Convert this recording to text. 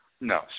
No